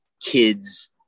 kids